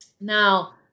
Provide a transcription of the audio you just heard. Now